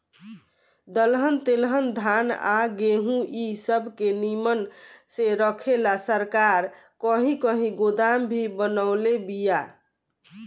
दलहन तेलहन धान आ गेहूँ इ सब के निमन से रखे ला सरकार कही कही गोदाम भी बनवले बिया